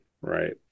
right